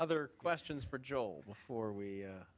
other questions for jol before we